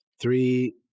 Three